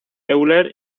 euler